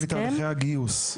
חלק מתהליכי הגיוס?